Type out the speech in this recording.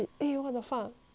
jessie